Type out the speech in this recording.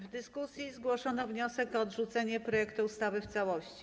W dyskusji zgłoszono wniosek o odrzucenie projektu ustawy w całości.